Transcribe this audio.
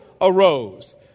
arose